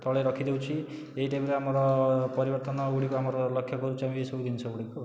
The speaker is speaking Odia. ତଳେ ରଖିଦେଉଛି ଏହି ଟାଇପର ଆମର ପରିବର୍ତ୍ତନ ଗୁଡ଼ିକ ଆମର ଲକ୍ଷ୍ୟ କରୁଛୁ ଆମେ ଏହିସବୁ ଜିନିଷ ଗୁଡ଼ିକ ଆଉ